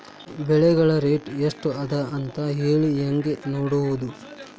ಬೆಳೆಗಳ ರೇಟ್ ಎಷ್ಟ ಅದ ಅಂತ ಹೇಳಿ ಹೆಂಗ್ ನೋಡುವುದು?